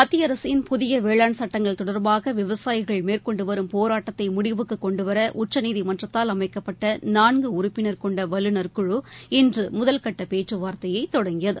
மத்திய அரசின் புதிய வேளாண் சட்டங்கள் தொடர்பாக விவசாயிகள் மேற்கொண்டு வரும் போராட்டத்தை முடிவுக்கு கொன்டுவர உச்சநீதிமன்றத்தால் அளமக்கப்பட்ட நான்கு உறுப்பினர் கொண்ட வல்லுநர் குழு இன்று முதல்கட்ட பேச்சுவார்த்தையை தொடங்கியது